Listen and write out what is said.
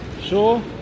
Sure